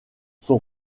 son